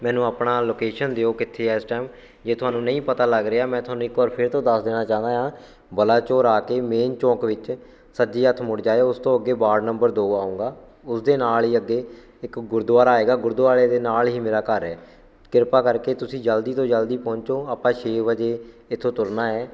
ਮੈਨੂੰ ਆਪਣਾ ਲੌਕੇਸ਼ਨ ਦਿਓ ਕਿੱਥੇ ਇਸ ਟਾਈਮ ਜੇ ਤੁਹਾਨੂੰ ਨਹੀਂ ਪਤਾ ਲੱਗ ਰਿਹਾ ਮੈਂ ਤੁਹਾਨੂੰ ਇੱਕ ਵਾਰ ਫਿਰ ਤੋਂ ਦੱਸ ਦੇਣਾ ਚਾਹੁੰਦਾ ਹਾਂ ਬਲਾਚੌਰ ਆ ਕੇ ਮੇਨ ਚੌਂਕ ਵਿੱਚ ਸੱਜੇ ਹੱਥ ਮੁੜ ਜਾਇਓ ਉਸ ਤੋਂ ਅੱਗੇ ਵਾਡ ਨੰਬਰ ਦੋ ਆਊਗਾ ਉਸ ਦੇ ਨਾਲ਼ ਹੀ ਅੱਗੇ ਇੱਕ ਗੁਰਦੁਆਰਾ ਆਵੇਗਾ ਗੁਰਦੁਆਰੇ ਦੇ ਨਾਲ਼ ਹੀ ਮੇਰਾ ਘਰ ਹੈ ਕਿਰਪਾ ਕਰਕੇ ਤੁਸੀਂ ਜਲਦੀ ਤੋਂ ਜਲਦੀ ਪਹੁੰਚੋ ਆਪਾਂ ਛੇ ਵਜੇ ਇੱਥੋ ਤੁਰਨਾ ਏ